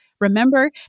Remember